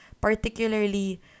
Particularly